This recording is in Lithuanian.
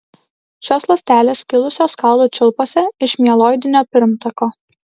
šios ląstelės kilusios kaulų čiulpuose iš mieloidinio pirmtako